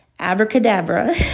abracadabra